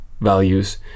values